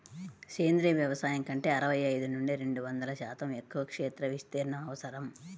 సేంద్రీయ వ్యవసాయం కంటే అరవై ఐదు నుండి రెండు వందల శాతం ఎక్కువ క్షేత్ర విస్తీర్ణం అవసరం